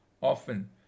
often